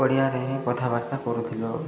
ପଡ଼ିଆରେ ହିଁ କଥାବାର୍ତ୍ତା କରୁଥିଲୁ